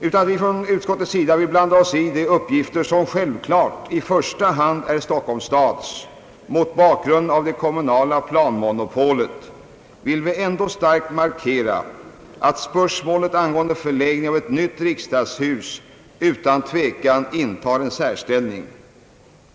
Utan att vi från utskottets sida vill blanda oss i de uppgifter som självklart i första hand är Stockholms stads — mot bakgrunden av det kommunala planmonopolet — vill vi ändå starkt markera att spörs målet angående förläggningen av ett nytt riksdagshus utan tvekan intar en särställning.